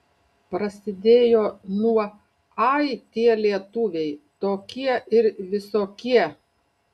prasidėjo nuo ai tie lietuviai tokie ir visokie